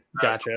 gotcha